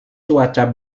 cuaca